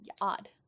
Odd